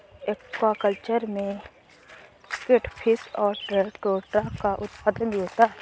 aquaculture में catfish और trout का उत्पादन भी होता है